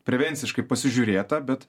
prevenciškai pasižiūrėta bet